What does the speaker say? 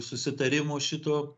susitarimo šito